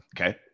Okay